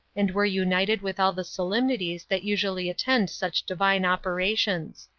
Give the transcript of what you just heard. and were united with all the solemnities that usually attended such divine operations.